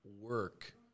work